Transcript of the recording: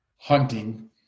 hunting